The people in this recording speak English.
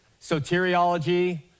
soteriology